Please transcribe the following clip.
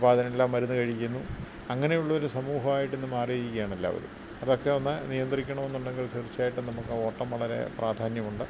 അപ്പ അതിനെല്ലാം മരുന്ന് കഴിക്കുന്നു അങ്ങനെയുള്ളൊരു സമൂഹവായിട്ടിന്ന് മാറിയിരിക്കുകയാണെല്ലാവരും അതക്കെ ഒന്ന് നിയന്ത്രിക്കണോന്നൊണ്ടെങ്കിൽ തീർച്ചയായിട്ടും നമുക്ക് ഓട്ടം വളരെ പ്രധാന്യമുണ്ട്